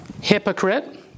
Hypocrite